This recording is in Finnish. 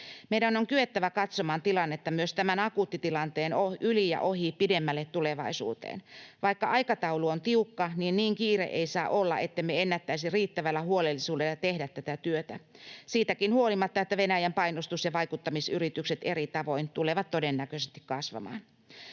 Meidän on kyettävä katsomaan tilannetta myös tämän akuuttitilanteen yli ja ohi pidemmälle tulevaisuuteen. Vaikka aikataulu on tiukka, niin kiire ei saa olla, ettemme ennättäisi riittävällä huolellisuudella tehdä tätä työtä, siitäkin huolimatta, että Venäjän painostus- ja vaikuttamisyritykset eri tavoin tulevat todennäköisesti kasvamaan.